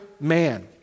man